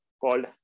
called